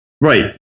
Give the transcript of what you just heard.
right